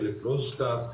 חלק לא הוזכר,